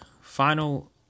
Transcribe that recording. final